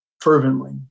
fervently